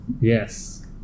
Yes